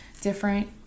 different